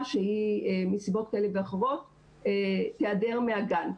שהיא מסיבות כאלה ואחרות תיעדר מהגן,